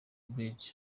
brig